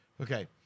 Okay